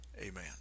amen